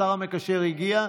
השר המקשר הגיע,